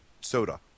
soda